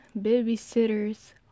babysitters